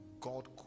God